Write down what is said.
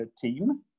team